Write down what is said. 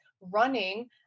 running